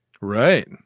Right